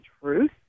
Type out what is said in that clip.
truth